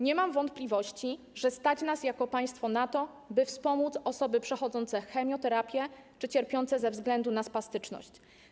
Nie mam wątpliwości, że stać nas jako państwo na to, by wspomóc osoby przechodzące chemioterapię czy cierpiące ze względu na spastyczność.